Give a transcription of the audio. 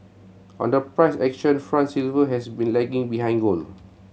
on the price action front silver has been lagging behind gold